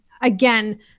again